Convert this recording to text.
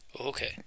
Okay